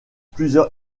plusieurs